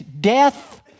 death